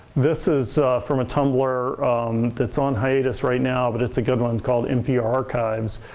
this is from a tumblr that's on hiatus right now, but it's a good one. it's called nprarchives.